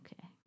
okay